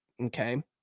okay